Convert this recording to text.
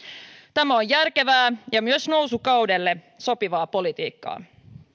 tämä on järkevää ja myös nousukaudelle sopivaa politiikkaa